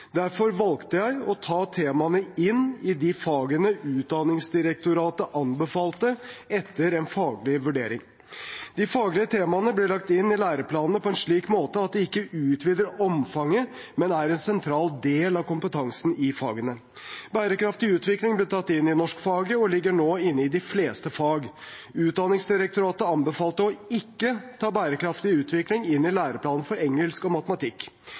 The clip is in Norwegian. Derfor valgte jeg å ta temaene inn i de fagene Utdanningsdirektoratet anbefalte etter en faglig vurdering. De tverrfaglige temaene ble lagt inn i læreplanene på en slik måte at de ikke utvider omfanget, men er en sentral del av kompetansen i fagene. Bærekraftig utvikling ble tatt inn i norskfaget og ligger nå inne i de fleste fag. Utdanningsdirektoratet anbefalte å ikke ta bærekraftig utvikling inn i læreplanene for engelsk og matematikk.